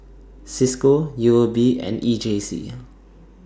CISCO U O B and E J C